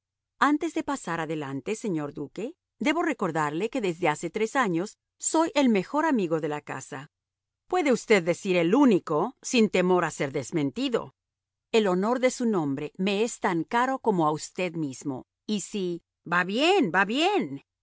antes de pasar adelante señor duque debo recordarle que desde hace tres años soy el mejor amigo de la casa puede usted decir el único sin temor a ser desmentido el honor de su nombre me es tan caro como a usted mismo y si va bien va bien